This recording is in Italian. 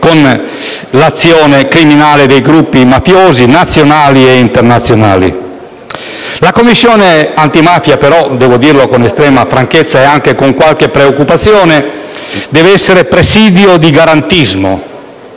La Commissione antimafia, però - devo dirlo con estrema franchezza e anche con qualche preoccupazione - deve essere presidio di garantismo;